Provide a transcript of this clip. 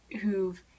who've